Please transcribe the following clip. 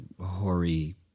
hoary